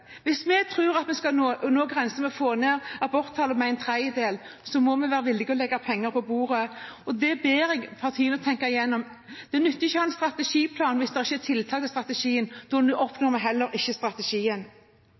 Hvis vi tror at vi skal få redusert aborttallet med en tredjedel, må vi være villige til å legge penger på bordet. Dette ber jeg partiene tenke igjennom. Det nytter ikke å ha en strategiplan hvis det ikke er tiltak i strategien. Da